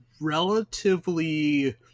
relatively